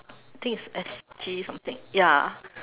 think it's S_G something ya